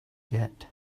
get